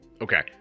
Okay